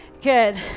Good